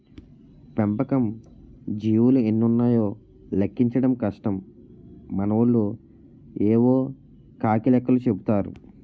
పెంపకం జీవులు ఎన్నున్నాయో లెక్కించడం కష్టం మనోళ్లు యేవో కాకి లెక్కలు చెపుతారు